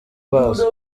bazo